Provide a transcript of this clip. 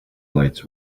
lights